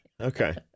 Okay